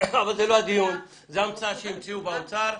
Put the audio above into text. אבל זה לא הדיון, זאת ההמצאה שהמציאו באוצר,